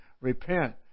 repent